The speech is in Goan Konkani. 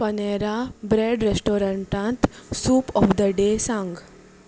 पनॅरा ब्रॅड रॅस्टोरंटांत सूप ऑफ द डे सांग